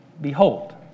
Behold